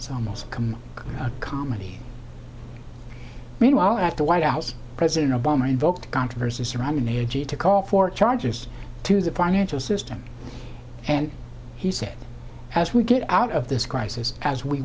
it's almost become a comedy meanwhile at the white house president obama invoked controversy surrounding the a g to call for charges to the financial system and he said as we get out of this crisis as we